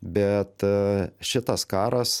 bet šitas karas